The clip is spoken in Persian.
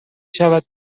شود